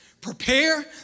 prepare